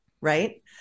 Right